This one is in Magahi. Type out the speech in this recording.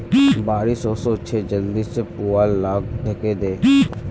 बारिश ओशो छे जल्दी से पुवाल लाक ढके दे